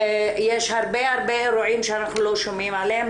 יש הרבה אירועים שאנחנו לא שומעים עליהם,